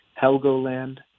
Helgoland